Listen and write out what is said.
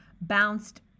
bounced